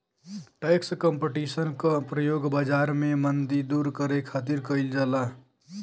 tax competition क प्रयोग बाजार में मंदी दूर करे खातिर कइल जाला